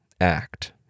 act